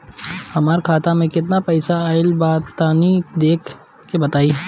हमार खाता मे केतना पईसा आइल बा तनि देख के बतईब?